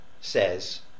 says